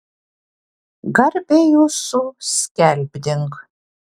garbę jūsų skelbdink